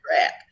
trap